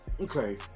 okay